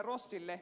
rossille